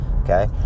okay